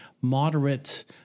moderate